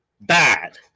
bad